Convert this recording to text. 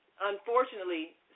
unfortunately